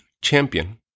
champion